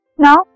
Now